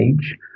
age